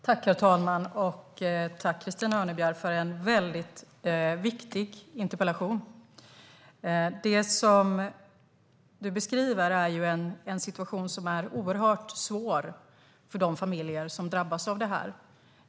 Herr talman! Tack, Christina Örnebjär, för en mycket viktig interpellation! Situationen du beskriver är oerhört svår för de familjer som drabbas.